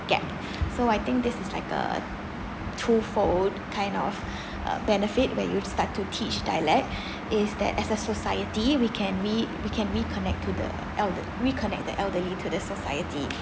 gap so I think this is like a two fold kind of uh benefit where you start to teach dialect is that as a society we can re~ we can reconnect to the elder reconnect the elderly to the society